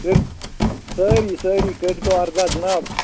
کٔرۍ سٲری سٲری کٔرۍ تو عرضہ جناب